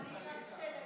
חס וחלילה.